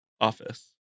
office